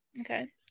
okay